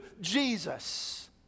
Jesus